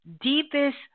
deepest